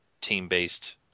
team-based